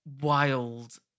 wild